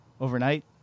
overnight